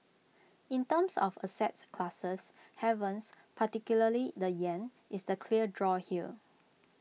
in terms of assets classes havens particularly the Yen is the clear draw here